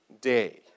day